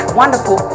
wonderful